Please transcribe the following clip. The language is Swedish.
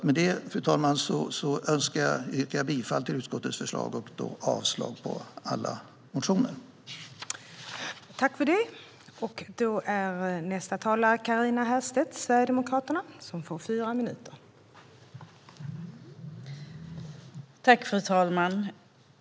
Med detta, fru talman, yrkar jag bifall till utskottets förslag och avslag på alla motioner.